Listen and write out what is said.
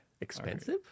Expensive